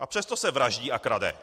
A přesto se vraždí a krade.